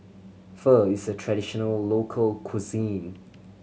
pho is a traditional local cuisine